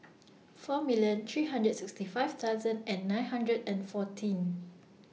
four million three hundred sixty five thousand and nine hundred and fourteen